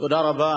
תודה רבה.